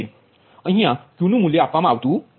અહીયા Q નુ મૂલ્ય આપવામાં આવતુ નથી